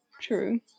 True